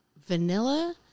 vanilla